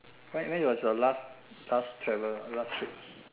right when was your last last travel last trip